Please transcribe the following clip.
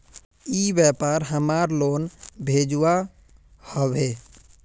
ई व्यापार हमार लोन भेजुआ हभे?